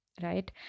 right